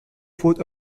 fourth